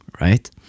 right